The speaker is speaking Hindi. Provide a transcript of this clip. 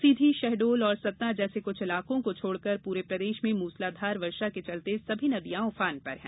सीधी शहडोल और सतना जैसे कुछ इलाकों को छोड़कर पूरे प्रदेश में मूसलाधार वर्षा के चलते सभी नदियां उफान पर हैं